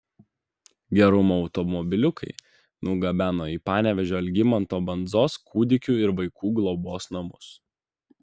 gerumo automobiliukai nugabeno į panevėžio algimanto bandzos kūdikių ir vaikų globos namus